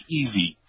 easy